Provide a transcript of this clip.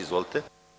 Izvolite.